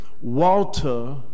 Walter